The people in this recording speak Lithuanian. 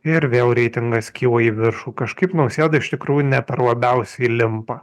ir vėl reitingas kyla į viršų kažkaip nausėda iš tikrųjų ne per labiausiai limpa